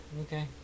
Okay